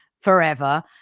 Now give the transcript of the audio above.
forever